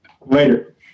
Later